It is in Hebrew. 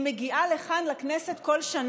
היא מגיעה לכאן לכנסת כל שנה,